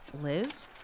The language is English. Liz